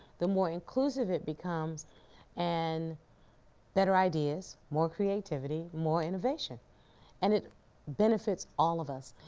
the more inclusive it becomes and better ideas, more creativity, more innovation and it benefits all of us.